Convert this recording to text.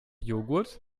joghurt